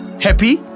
Happy